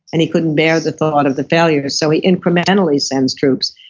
and he couldn't bear the thought of the failure so he incrementally sends troops,